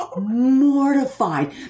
mortified